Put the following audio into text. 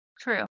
true